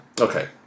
Okay